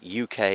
UK